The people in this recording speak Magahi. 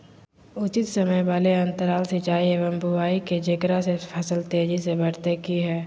उचित समय वाले अंतराल सिंचाई एवं बुआई के जेकरा से फसल तेजी से बढ़तै कि हेय?